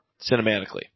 cinematically